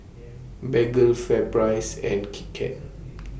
Bengay FairPrice and Kit Kat